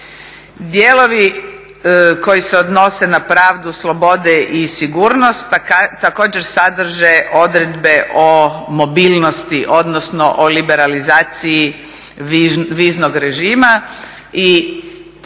Dijelovi koji se odnose na pravdu slobode i sigurnost također sadrže odredbe o mobilnosti, odnosno o liberalizaciji viznog režima. I primjerice